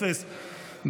אפס,